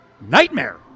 nightmare